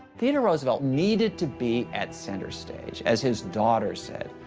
theodore roosevelt needed to be at center stage. as his daughter said,